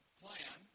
plan